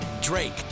Drake